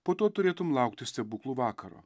po to turėtum laukti stebuklų vakaro